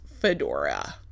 fedora